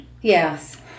Yes